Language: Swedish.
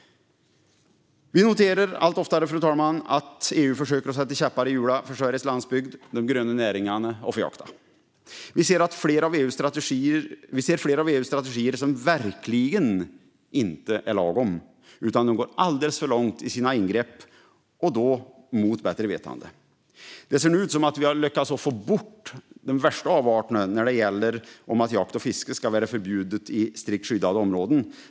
Vi noterar allt oftare att EU försöker sätta käppar i hjulen för Sveriges landsbygd, för de gröna näringarna och för jakten. Vi ser flera av EU:s strategier som verkligen inte är lagom, utan de går - mot bättre vetande - alldeles för långt i sina ingrepp. Det ser nu ut som att vi har lyckats få bort de värsta avarterna när det gäller att jakt och fiske ska förbjudas i strikt skyddade områden.